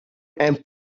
and